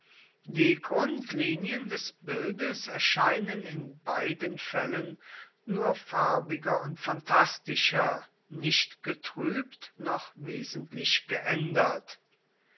die grundlinien des bildes erscheinen in beiden fällen nur farbiger und phantastischer nicht getrübt noch wesentlich geändert